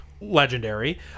Legendary